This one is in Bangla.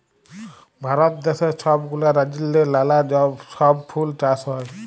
ভারত দ্যাশে ছব গুলা রাজ্যেল্লে লালা ছব ফুল চাষ হ্যয়